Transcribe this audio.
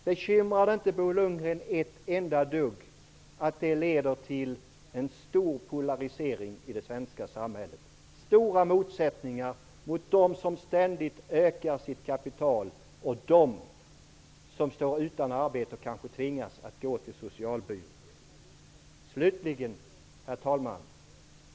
Bekymrar det inte Bo Lundgren ett enda dugg att det leder till stor polarisering i det svenska samhället, stora motsättningar mellan dem som ständigt ökar sitt kapital och dem som står utan arbete och kanske tvingas gå till Socialbyrån. Herr talman!